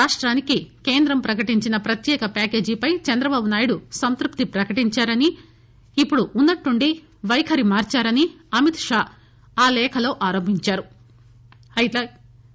రాష్టానికి కేంద్రం ప్రకటించిన ప్రత్యేక ప్యాకేజీపై చంద్రబాబునాయుడు సంతృప్తి ప్రకటించారని ఇప్పుడు ఉన్నట్టుండి పైఖరి మార్చారని అమిత్ షా ఆ లేఖలో ఆరోపించారు